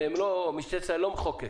ומשטרת ישראל לא מחוקקת,